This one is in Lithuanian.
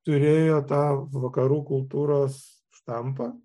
turėjo tą vakarų kultūros štampą